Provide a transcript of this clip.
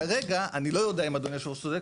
כרגע אני לא יודע אם אדוני יושב הראש צודק,